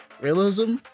realism